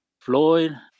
Floyd